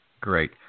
Great